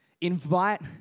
invite